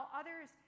others